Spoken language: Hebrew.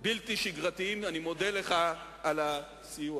בלתי שגרתיים, אני מודה לך על הסיוע.